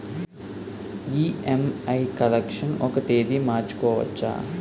EMI collection ఒక తేదీ మార్చుకోవచ్చా?